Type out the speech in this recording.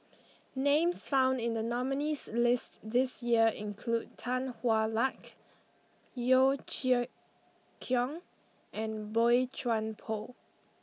names found in the nominees' list this year include Tan Hwa Luck Yeo Chee Kiong and Boey Chuan Poh